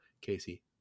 Casey